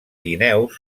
guineus